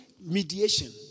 mediation